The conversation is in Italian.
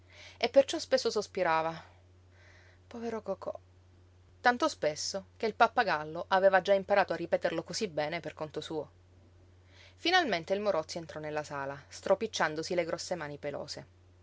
e perciò spesso sospirava povero cocò tanto spesso che il pappagallo aveva già imparato a ripeterlo cosí bene per conto suo finalmente il morozzi entrò nella sala stropicciandosi le grosse mani pelose